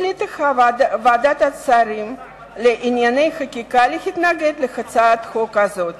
ועדת השרים לענייני חקיקה החליטה להתנגד להצעת חוק זאת.